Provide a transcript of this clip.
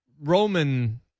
Roman